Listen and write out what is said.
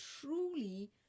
truly